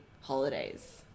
holidays